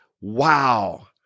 Wow